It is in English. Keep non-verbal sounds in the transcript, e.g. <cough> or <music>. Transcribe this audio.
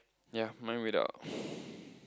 ya mine without <breath>